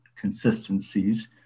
consistencies